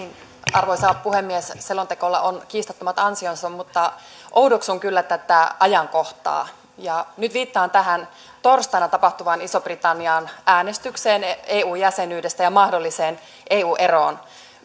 arvoisa puhemies selonteolla on kiistattomat ansionsa mutta oudoksun kyllä tätä ajankohtaa ja nyt viittaan tähän torstaina tapahtuvaan ison britannian äänestykseen eu jäsenyydestä ja mahdolliseen eu eroon